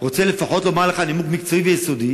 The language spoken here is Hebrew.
אני רוצה לפחות לומר לךָ שזה נימוק מקצועי ויסודי,